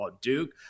Duke